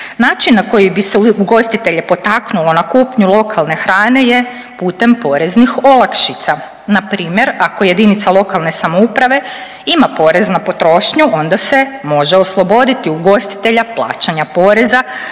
Način na koji bi se ugostitelje potaknulo na kupnju lokalne hrane je putem poreznih olakšica, npr. ako JLS ima porez na potrošnju onda se može osloboditi ugostitelja plaćanja poreza